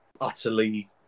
utterly